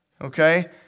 okay